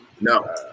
No